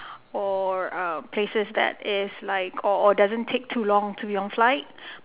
or uh places that is like or or doesn't take too long to be on flight